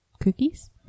cookies